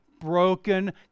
broken